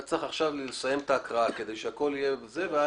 9,